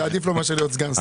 זה עדיף לו מאשר להיות סגן שר.